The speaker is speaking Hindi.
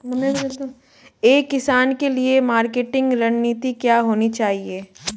एक किसान के लिए मार्केटिंग रणनीति क्या होनी चाहिए?